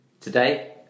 Today